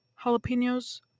jalapenos